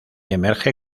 emerge